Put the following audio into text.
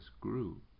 grew